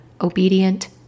obedient